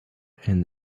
and